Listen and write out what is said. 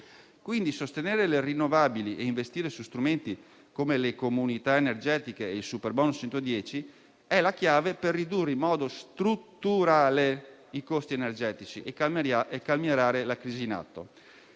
Quindi, sostenere le rinnovabili e investire su strumenti come le comunità energetiche e i superbonus al 110 per cento è la chiave per ridurre in modo strutturale i costi energetici e calmierare la crisi in atto.